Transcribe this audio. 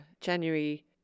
January